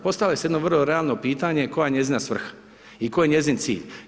Postavlja se vrlo jedno realno pitanje, koja je njezina svrha i koji je njezin cilj.